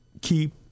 keep